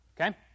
okay